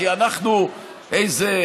כי אנחנו איזה,